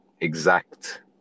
exact